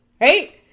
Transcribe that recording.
right